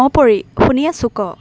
অঁ পৰী শুনি আছোঁ ক